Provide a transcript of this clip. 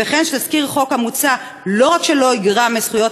וכן שתזכיר החוק המוצע לא רק שלא יגרע מזכויות